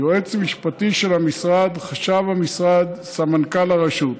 יועץ משפטי של המשרד, חשב המשרד וסמנכ"ל הרשות.